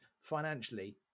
financially